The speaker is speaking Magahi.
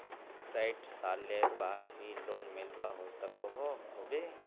सैट सालेर बाद भी लोन मिलवा सकोहो होबे?